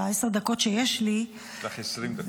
את עשר הדקות שיש לי --- יש לך 20 דקות.